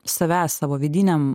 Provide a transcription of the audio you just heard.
savęs savo vidiniam